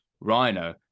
Rhino